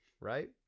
right